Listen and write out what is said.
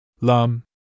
Lum